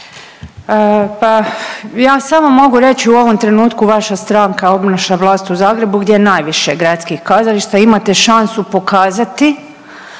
Pa ja samo mogu reći u ovom trenutku vaša stranka obnaša vlast u Zagrebu gdje je najviše gradskih kazališta, imate šansu pokazati,